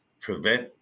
prevent